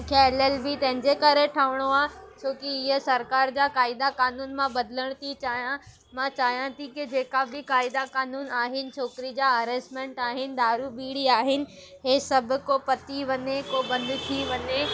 मूंखे L L B तंहिंजे करे ठहिणो आहे छोकी इहा सरकारि जा क़ाइदा कानून मां बदिलण थी चाहियां मां चाहियां थी की जेका बि क़ाइदा कानून आहिनि छोकिरी जा हरेसमेंट आहिनि दारूं बिड़ी आहिनि इहे सभु को पती वञे को बंदि थी वञे